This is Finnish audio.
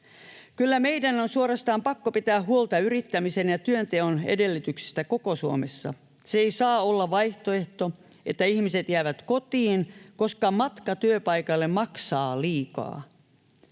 Kyllä meidän on suorastaan pakko pitää huolta yrittämisen ja työnteon edellytyksistä koko Suomessa. Se ei saa olla vaihtoehto, että ihmiset jäävät kotiin, koska matka työpaikalle maksaa liikaa.